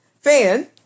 Fan